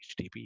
HTTP